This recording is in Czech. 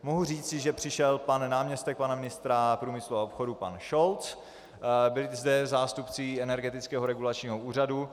Mohu říci, že přišel náměstek pana ministra průmyslu a obchodu pan Šolc, byli zde zástupci Energetického regulačního úřadu.